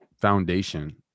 foundation